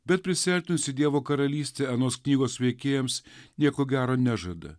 bet prisiartinusi dievo karalystė anos knygos veikėjams nieko gero nežada